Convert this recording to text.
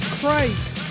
christ